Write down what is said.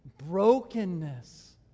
brokenness